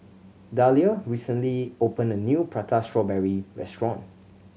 Dalia recently opened a new Prata Strawberry restaurant